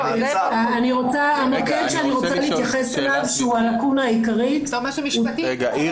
המקרה שאני רוצה להתייחס אליו שהוא הלקונה העיקרית --- איריס,